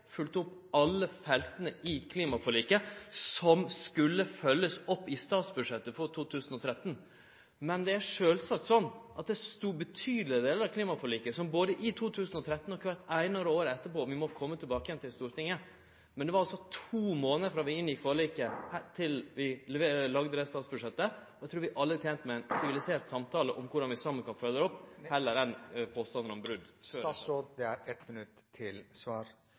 følgt opp alle felta i klimaforliket som skulle verte følgde opp, i statsbudsjettet for 2013. Men det er sjølvsagt sånn at det stod att betydelege delar av klimaforliket som vi både i 2013 og seinare må kome tilbake til i Stortinget. Det var to månader frå vi inngjekk forliket , til vi laga statsbudsjettet, og eg trur vi alle er tente med ein sivilisert samtale om korleis vi saman kan følgje det opp, heller enn å kome med påstandar om brot. Statsråd, det er